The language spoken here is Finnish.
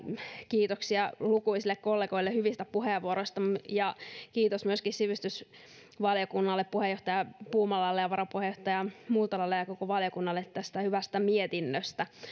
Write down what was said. kiitoksia lukuisille kollegoille hyvistä puheenvuoroista ja kiitos myöskin sivistysvaliokunnalle puheenjohtaja puumalalle varapuheenjohtaja multalalle ja koko valiokunnalle tästä hyvästä mietinnöstä olen